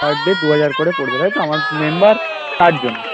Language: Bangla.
পার ডে দু হাজার করে পড়বে তাই তো আমার মেম্বার চার জন